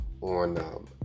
on